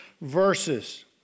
verses